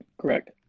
Correct